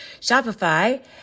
Shopify